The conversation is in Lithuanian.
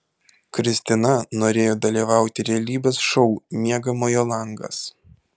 kristina norėjo dalyvauti realybės šou miegamojo langas